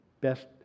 best